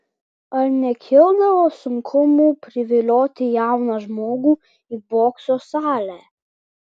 ar nekildavo sunkumų privilioti jauną žmogų į bokso salę